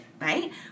right